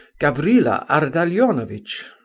gavrila ardalionovitch?